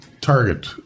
target